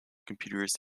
computers